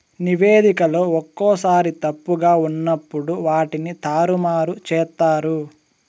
నివేదికలో ఒక్కోసారి తప్పుగా ఉన్నప్పుడు వాటిని తారుమారు చేత్తారు